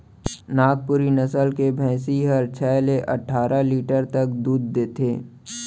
नागपुरी नसल के भईंसी हर छै ले आठ लीटर तक दूद देथे